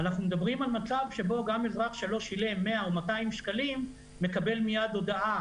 אנחנו מדברים על מצב שבו גם אזרח שלא שילם 100 200 שקלים מקבל מיד הודעה